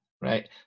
right